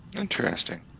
Interesting